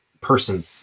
person